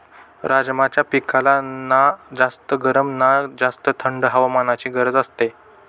राजमाच्या पिकाला ना जास्त गरम ना जास्त थंड हवामानाची गरज असते